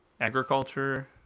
agriculture